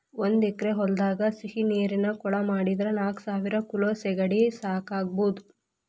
ಒಂದ್ ಎಕರೆ ಹೊಲದಾಗ ಸಿಹಿನೇರಿನ ಕೊಳ ಮಾಡಿದ್ರ ನಾಲ್ಕಸಾವಿರ ಕಿಲೋ ಸೇಗಡಿ ಸಾಕಬೋದು